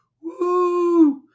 Woo